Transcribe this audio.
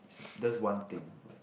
is that's one thing like